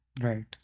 Right